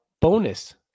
bonus